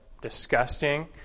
disgusting